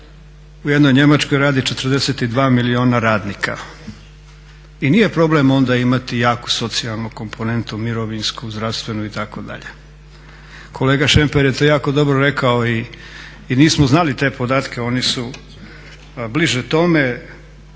u jednoj Njemačkoj radi 42 milijuna radnika i nije problem onda imati jaku socijalnu komponentnu mirovinsku, zdravstvenu itd. Kolega Šemper je to jako dobro rekao i nismo znali te podatke, oni su bliže tome